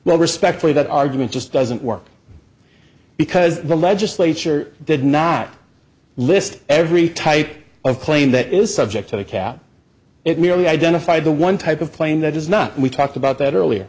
well respectfully that argument just doesn't work because the legislature did not list every type of claim that is subject to the cap it merely identified the one type of plane that is not and we talked about that earlier